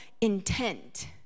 intent